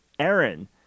Aaron